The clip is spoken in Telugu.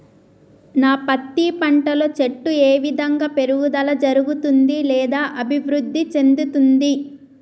నా పత్తి పంట లో చెట్టు ఏ విధంగా పెరుగుదల జరుగుతుంది లేదా అభివృద్ధి చెందుతుంది?